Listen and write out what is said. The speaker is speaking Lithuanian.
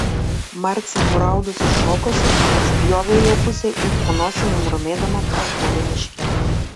marcė nuraudusi šokosi spjovė į jo pusę ir po nosim murmėdama prapuolė miške